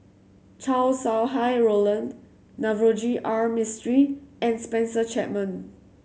Chow Sau Hai Roland Navroji R Mistri and Spencer Chapman